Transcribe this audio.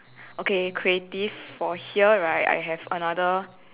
okay creative for here right I have another